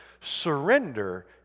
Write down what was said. Surrender